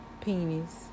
Penis